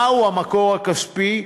מהו המקור הכספי.